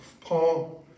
Paul